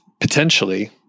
potentially